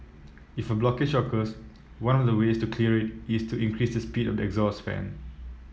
if a blockage occurs one of the ways to clear it is to increase the speed of the exhaust fan